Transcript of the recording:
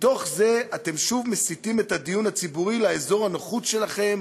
מתוך זה אתם שוב מסיטים את הדיון הציבורי לאזור הנוחות שלכם,